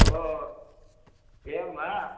ओ हो एवं वा